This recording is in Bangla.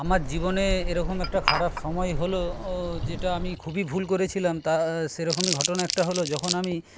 আমার জীবনে এরকম একটা খারাপ সময় হলো ও যেটা আমি খুবই ভুল করেছিলাম তা সেরকমই ঘটনা একটা হলো যখন আমি